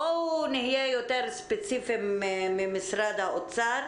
בואו נהיה יותר ספציפיים ממשרד האוצר.